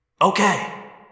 Okay